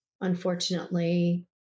unfortunately